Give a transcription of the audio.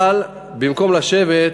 במקום לשבת,